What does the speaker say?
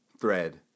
thread